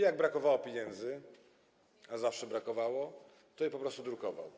Jak brakowało pieniędzy, a zawsze brakowało, to je po prostu drukował.